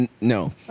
No